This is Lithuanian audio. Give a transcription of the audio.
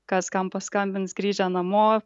kas kam paskambins grįžę namo